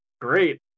Great